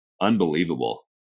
unbelievable